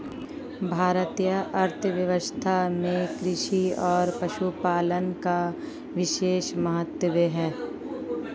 भारतीय अर्थव्यवस्था में कृषि और पशुपालन का विशेष महत्त्व है